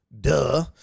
Duh